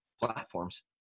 platforms